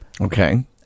Okay